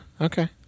Okay